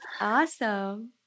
awesome